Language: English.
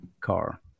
car